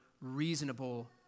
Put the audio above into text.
reasonable